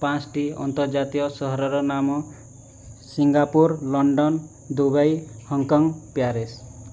ପାଞ୍ଚଟି ଆନ୍ତର୍ଜାତୀୟ ସହରର ନାମ Singapore London Dubai Hong Kong Paris